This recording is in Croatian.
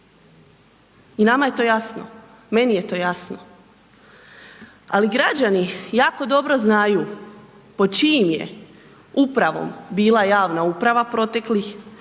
I nama je to jasno. Meni je to jasno. Ali, građani jako dobro znaju pod čijim je upravom bila javna uprava proteklih